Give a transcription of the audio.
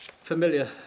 familiar